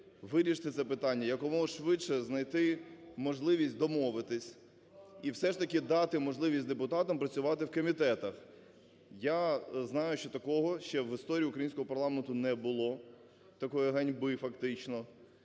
вирішити це питання, якомога швидше знайти можливість домовитись і все ж таки дати можливість депутатам працювати у комітетах. Я знаю, що такого ще в історії українського парламенту не було, такої ганьби фактично.